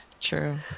True